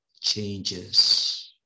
changes